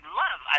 love